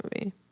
movie